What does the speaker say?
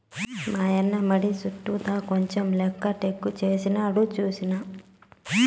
మాయన్న మడి చుట్టూతా కంచెలెక్క టేకుచెట్లేసినాడు సూస్తినా